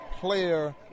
player